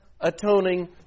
atoning